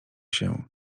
się